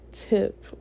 tip